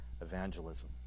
evangelism